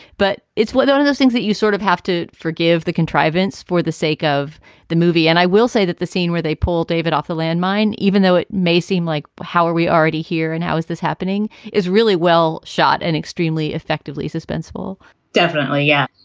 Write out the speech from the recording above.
but it's one one of those things that you sort of have to forgive the contrivance for the sake of the movie. and i will say that the scene where they pull david off the landmine, even though it may seem like how are we already here and how is this happening, is really well shot and extremely effectively suspenseful definitely, yeah.